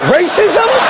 racism